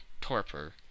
torpor